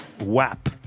wap